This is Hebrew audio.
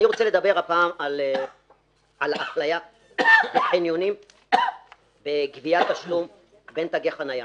אני רוצה לדבר הפעם על אפליה בחניונים בגביית תשלום בין תגי חניה.